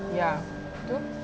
ya true